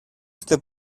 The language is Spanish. este